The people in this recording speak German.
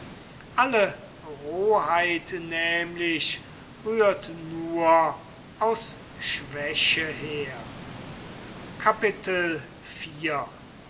alle rohheit nämlich rührt aus schwäche her